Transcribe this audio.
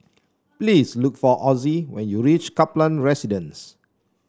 please look for Ozzie when you reach Kaplan Residence